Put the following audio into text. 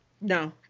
No